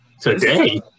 Today